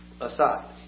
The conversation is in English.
aside